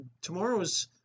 tomorrow's